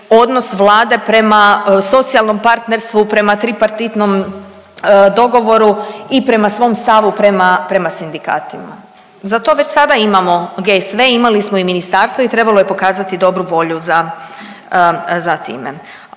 odnos Vlade prema socijalnom partnerstvu, prema tripartitnom dogovoru i prema svom stavu prema sindikatima. Za to već sada imamo GSV, imali smo i ministarstvo i trebalo je pokazati dobru volju za time.